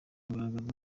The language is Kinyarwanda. bagaragaza